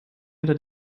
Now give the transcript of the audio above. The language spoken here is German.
unter